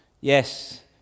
yes